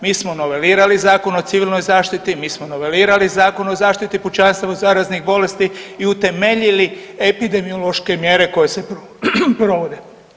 Mi smo novelirali Zakon o civilnoj zaštiti, mi smo novelirali Zakon o zaštiti pučanstva od zaraznih bolesti i utemeljili epidemiološke mjere koje se provode.